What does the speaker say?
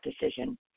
decision